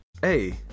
Hey